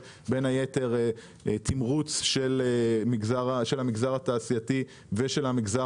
בין היתר תמרוץ של המגזר התעשייתי ושל המגזר